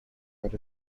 were